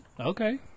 Okay